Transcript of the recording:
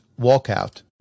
walkout